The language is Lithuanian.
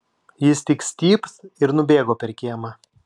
jis tik stypt ir nubėgo per kiemą